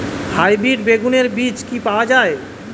Hybrid বেগুনের বীজ কি পাওয়া য়ায়?